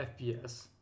FPS